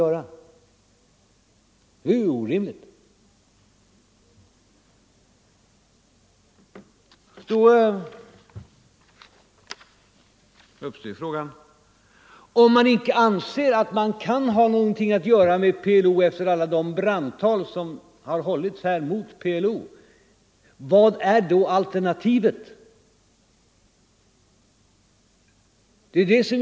Då uppstår frågan: Om man efter alla de brandtal, som här har hållits mot PLO, inte anser att man kan ha någonting med PLO att göra, vad är då alternativet?